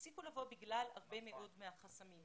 הפסיקו לבוא בגלל הרבה מאוד מהחסמים.